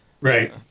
Right